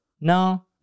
no